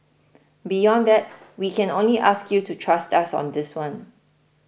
beyond that we can only ask you to trust us on this one